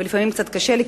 ולפעמים קצת קשה לי,